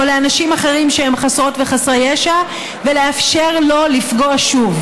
לאנשים אחרים שהם חסרות וחסרי ישע ולאפשר לו לפגוע שוב?